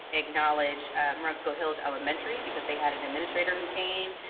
acknowledge marumsco hills elementary because they had an administrator who came,